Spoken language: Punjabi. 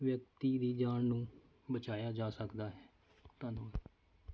ਵਿਅਕਤੀ ਦੀ ਜਾਨ ਨੂੰ ਬਚਾਇਆ ਜਾ ਸਕਦਾ ਹੈ ਧੰਨਵਾਦ